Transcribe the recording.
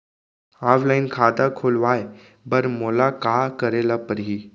Offline खाता खोलवाय बर मोला का करे ल परही?